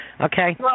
Okay